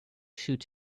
shoot